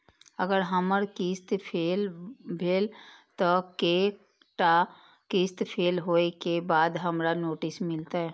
अगर हमर किस्त फैल भेलय त कै टा किस्त फैल होय के बाद हमरा नोटिस मिलते?